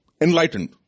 enlightened